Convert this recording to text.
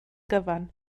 gyfan